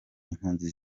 impunzi